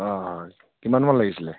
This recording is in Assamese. অঁ কিমানমান লাগিছিল